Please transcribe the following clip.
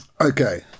Okay